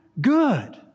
good